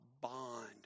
bond